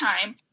time